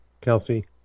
Kelsey